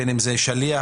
בין אם באמצעות שליח,